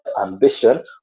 ambition